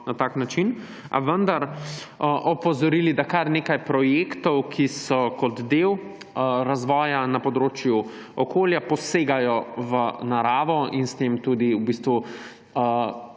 na tak način ‒, a vendar opozorili, da kar nekaj projektov, ki so kot del razvoja na področju okolja, posegajo v naravo in s tem tudi v bistvu